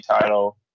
title